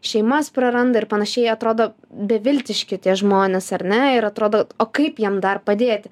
šeimas praranda ir panašiai atrodo beviltiški tie žmonės ar ne ir atrodo o kaip jiem dar padėti